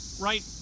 right